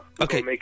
Okay